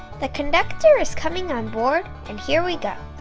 the conductor is coming on board, and here we go.